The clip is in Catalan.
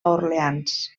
orleans